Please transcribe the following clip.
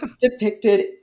depicted